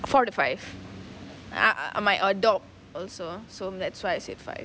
four to five ah ah I might adopt also so that's why I said five